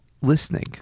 listening